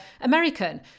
American